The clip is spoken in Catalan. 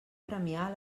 premiar